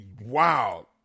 Wow